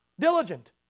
diligent